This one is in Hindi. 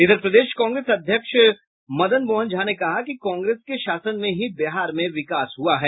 इधर प्रदेश कांग्रेस अध्यक्ष मदन मोहन झा ने कहा कि कांग्रेस के शासन में ही बिहार में विकास हुआ है